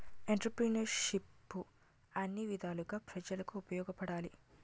ఎంటర్ప్రిన్యూర్షిప్ను అన్ని విధాలుగా ప్రజలకు ఉపయోగపడాలి